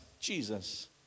Jesus